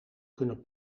kunnen